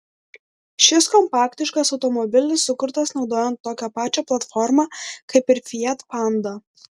šis kompaktiškas automobilis sukurtas naudojant tokią pačią platformą kaip ir fiat panda